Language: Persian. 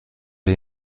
های